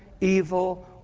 evil